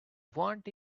want